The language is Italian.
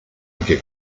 anche